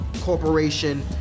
corporation